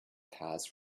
cars